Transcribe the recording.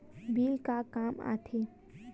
Bill का काम आ थे?